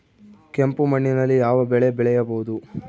ಕೆಂಪು ಮಣ್ಣಿನಲ್ಲಿ ಯಾವ ಬೆಳೆ ಬೆಳೆಯಬಹುದು?